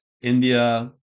India